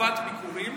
חובת ביקורים.